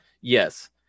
Yes